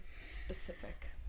specific